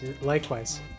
likewise